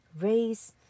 race